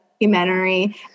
documentary